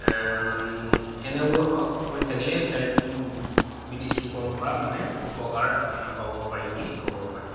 এনেবোৰ কৰি থাকিলে ডায়েবেটিছ ৰোগৰ পৰা মানে উপকাৰ পাব পাৰি বুলি ক'ব পাৰি